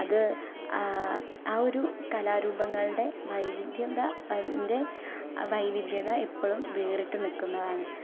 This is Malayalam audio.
അത് ആ ഒരു കലാരൂപങ്ങളുടെ വൈവിധ്യത അതിന്റെ വൈവിധ്യത ഇപ്പോളും വേറിട്ട് നിൽക്കുന്നതാണ്